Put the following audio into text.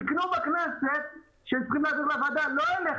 תיקנו בכנסת שצריך -- -לא אליך,